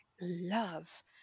love